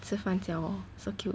吃饭叫我 so cute